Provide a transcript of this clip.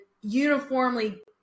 uniformly